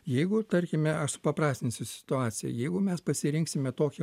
jeigu tarkime aš supaprastinsiu situaciją jeigu mes pasirinksime tokį